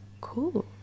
Cool